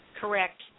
Correct